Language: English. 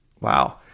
Wow